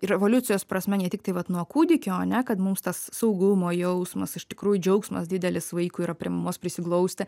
ir evoliucijos prasme ne tik tai vat nuo kūdikio ane kad mums tas saugumo jausmas iš tikrųjų džiaugsmas didelis vaikui yra prie mamos prisiglausti